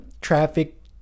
traffic